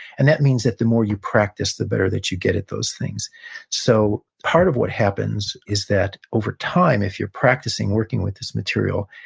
and that means that the more you practice, the better that you get at those things so, part of what happens is that over time, if you're practicing working with this material,